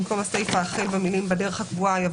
במקום הסיפה החל במילים "בדרך הקבועה" יבוא